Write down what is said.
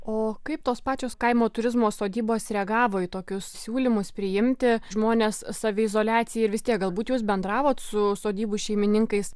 o kaip tos pačios kaimo turizmo sodybos reagavo į tokius siūlymus priimti žmones saviizoliacijai ir vis tiek galbūt jūs bendravot su sodybų šeimininkais